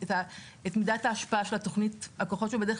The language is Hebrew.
מידת ההשפעה של התוכנית "הכוחות שבדרך",